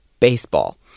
baseball